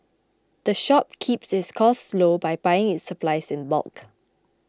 the shop keeps its costs low by buying its supplies in bulk